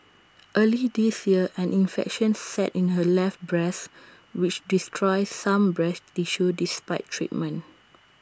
early this year an infection set in her left breast which destroyed some breast tissue despite treatment